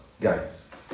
guys